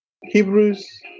Hebrews